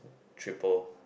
triple